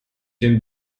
dem